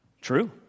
True